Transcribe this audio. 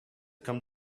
come